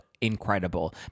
incredible